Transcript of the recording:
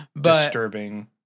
disturbing